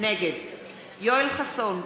נגד יואל חסון,